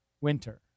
winter